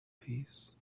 peace